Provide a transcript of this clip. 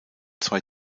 zwei